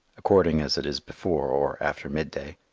according as it is before or after midday.